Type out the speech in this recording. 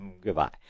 Goodbye